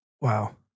wow